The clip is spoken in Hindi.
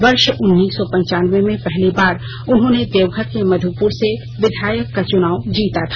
वर्ष उन्नीस सौ पंचानवे में पहली बार उन्होंने देवघर के मध्यपुर से विधायक का चुनाव जीता था